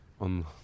on